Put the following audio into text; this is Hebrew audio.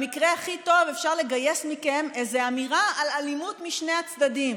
במקרה הכי טוב אפשר לגייס מכם איזו אמירה על אלימות משני הצדדים,